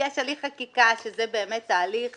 יש הליך חקיקה שהוא באמת הליך